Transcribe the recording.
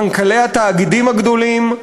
מנכ"לי התאגידים הגדולים,